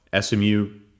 SMU